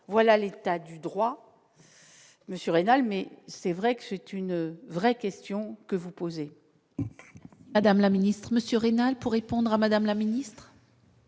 voilà l'état du droit monsieur rénale, mais c'est vrai que c'est une vraie question que vous posez. Madame la Ministre Monsieur rénal pour répondre à Madame la Ministre.